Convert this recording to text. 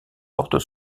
porte